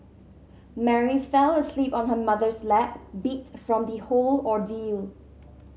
Mary fell asleep on her mother's lap beat from the whole ordeal